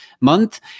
month